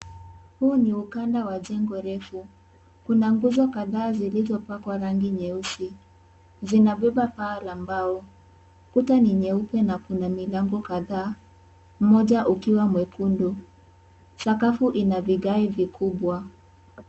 Huu ni ukanda wa jengo refu, kuna nguzo kadhaa zilizopakwa rangi nyeusi, zinabeba paa la mbao, kuta ni nyeupe na kuna milango kadhaa, mmoja ukiwa mwekundu, sakafu ina vigae vikubwa.